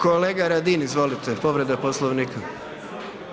Kolega Radin izvolite, povreda Poslovnika.